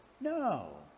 No